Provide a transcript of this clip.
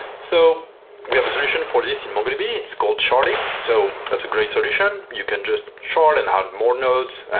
so we have a solution for this in mongodb. it's called sharding. so that's a great solution. you can just shard and add more nodes,